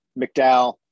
McDowell